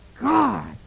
God